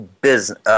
business